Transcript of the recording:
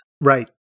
Right